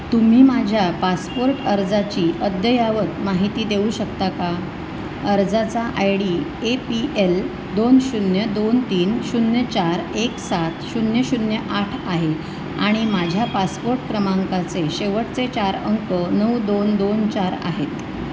तुम्ही माझ्या पासपोर्ट अर्जाची अद्ययावत माहिती देऊ शकता का अर्जाचा I D A P L दोन शून्य दोन तीन शून्य चार एक सात शून्य शून्य आठ आहे आणि माझ्या पासपोट क्रमांकाचे शेवटचे चार अंक नऊ दोन दोन चार आहेत